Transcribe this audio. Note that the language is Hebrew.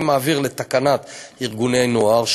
אני מעביר לתקנת ארגוני נוער,